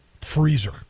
freezer